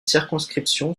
circonscription